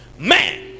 Man